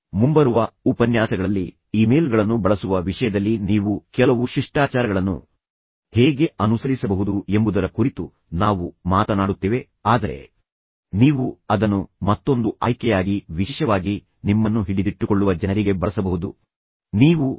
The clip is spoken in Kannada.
ಮುಂಬರುವ ಉಪನ್ಯಾಸಗಳಲ್ಲಿ ಇಮೇಲ್ಗಳನ್ನು ಬಳಸುವ ವಿಷಯದಲ್ಲಿ ನೀವು ಕೆಲವು ಶಿಷ್ಟಾಚಾರಗಳನ್ನು ಹೇಗೆ ಅನುಸರಿಸಬಹುದು ಎಂಬುದರ ಕುರಿತು ನಾವು ಮಾತನಾಡುತ್ತೇವೆ ಆದರೆ ಇದೀಗ ನೀವು ಅದನ್ನು ಮತ್ತೊಂದು ಆಯ್ಕೆಯಾಗಿ ವಿಶೇಷವಾಗಿ ನಿಮ್ಮನ್ನು ಹಿಡಿದಿಟ್ಟುಕೊಳ್ಳುವ ಜನರಿಗೆ ಬಳಸಬಹುದು ಮತ್ತು ನಂತರ ಅವರು ನಿಮಗೆ ಕರೆಯನ್ನು ಮುಗಿಸಲು ಅನುಮತಿಸುವುದಿಲ್ಲ